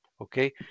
okay